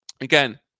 Again